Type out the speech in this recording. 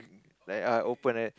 like err open like that